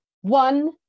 One